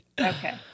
Okay